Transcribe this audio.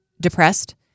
depressed